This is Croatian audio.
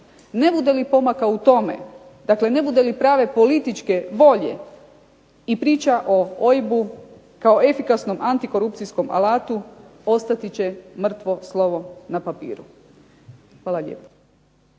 Ne bude li pomaka u tome, dakle ne bude li prave političke volje, i priča o OIB-u kao efikasnom antikorupcijskom alatu postati će mrtvo slovo na papiru. Hvala lijepo.